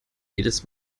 jedes